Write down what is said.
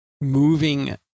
moving